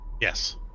Yes